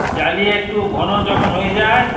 জ্বালিয়ে একটু ঘন যখন হয়ে যায়